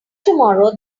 tomorrow